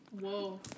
Whoa